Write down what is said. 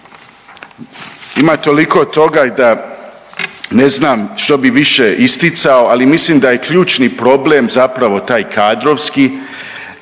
Ima toliko toga i da ne znam što bi više isticao, ali mislim da je ključni problem zapravo taj kadrovski